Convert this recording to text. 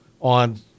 on